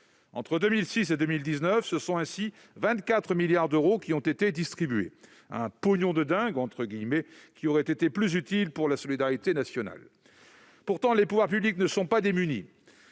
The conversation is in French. Entre 2006 et 2019, ce sont 24 milliards d'euros qui ont été distribués. Un « pognon de dingue » qui aurait été plus utile à la solidarité nationale ... Pourtant, les pouvoirs publics ne sont pas démunis.